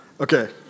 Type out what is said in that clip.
Okay